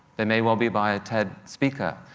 they may well be by a ted speaker,